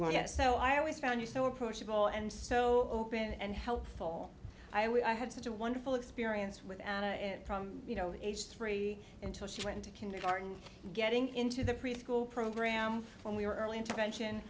want yet so i always found you so approachable and so open and helpful i had such a wonderful experience with an aunt from you know age three until she went to kindergarten getting into the preschool program when we were early intervention